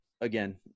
again